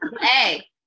Hey